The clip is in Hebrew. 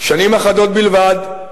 שנים אחדות בלבד,